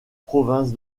province